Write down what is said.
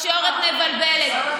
התקשורת מבלבלת.